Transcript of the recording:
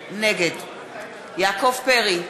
נגד יעקב פרי,